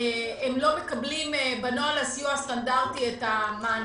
הם לא מקבלים בנוהל הסיוע הסטנדרטי את המענקים,